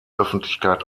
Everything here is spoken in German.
öffentlichkeit